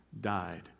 died